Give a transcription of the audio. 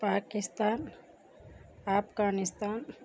Pakistan Afghanistan